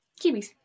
kiwis